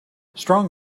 strong